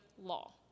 Law